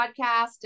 podcast